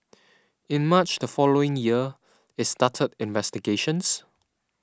in March the following year it started investigations